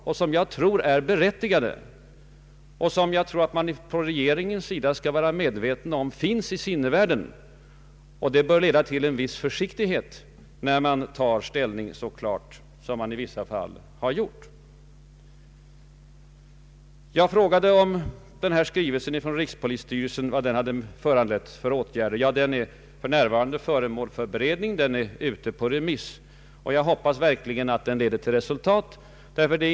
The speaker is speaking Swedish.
Jag tror att de är berättigade, och rege ringen bör vara medveten om att dessa förhållanden finns i sinnevärlden. Det borde leda till försiktighet när man tar ställning så klart som man i vissa fall har gjort. Jag frågade vilka åtgärder skrivelsen från rikspolisstyrelsen hade föranlett. Den är för närvarande föremål för beredning och remissbehandling, fick jag veta. Jag hoppas verkligen att behandlingen leder till resultat.